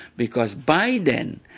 because by then,